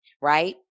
right